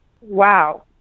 wow